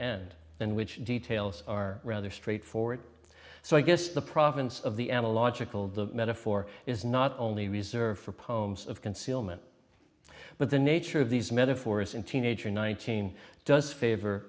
and then which details are rather straight forward so i guess the province of the analogical the metaphor is not only reserved for poems of concealment but the nature of these metaphors in teenager nineteen does favor